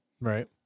Right